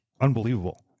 unbelievable